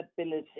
ability